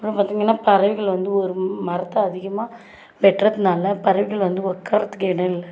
அப்புறம் பார்த்தீங்கன்னா பறவைகள் வந்து ஒரு ம மரத்தை அதிகமாக வெட்டுறதுனால பறவைகள் வந்து உக்காறதுக்கு இடம் இல்லை